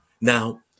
now